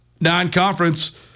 non-conference